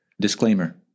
Disclaimer